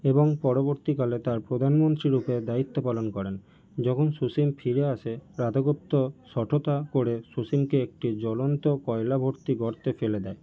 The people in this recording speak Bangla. এবং পরবর্তীকালে তার প্রধানমন্ত্রীরূপে দায়িত্ব পালন করেন যখন সুসীম ফিরে আসে রাধাগুপ্ত শঠতা করে সুসীমকে একটি জলন্ত কয়লা ভর্তি গর্তে ফেলে দেয়